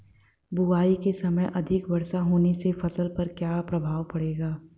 बुआई के समय अधिक वर्षा होने से फसल पर क्या क्या प्रभाव पड़ेगा?